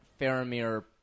Faramir